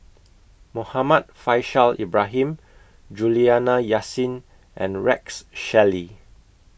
Muhammad Faishal Ibrahim Juliana Yasin and Rex Shelley